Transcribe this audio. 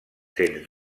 sens